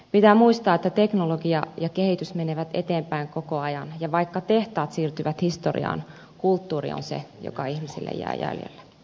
pitää muistaa että teknologia ja kehitys menevät eteenpäin koko ajan ja vaikka tehtaat siirtyvät historiaan kulttuuri on se joka ihmisille jää jäljelle